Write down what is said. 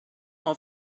are